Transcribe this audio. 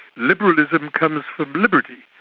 liberalism comes from liberty,